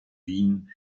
wien